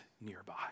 nearby